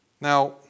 Now